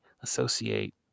associate